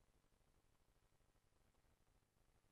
חוק ומשפט להכנה לקריאה שנייה ושלישית.